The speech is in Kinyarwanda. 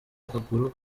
akaguru